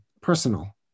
personal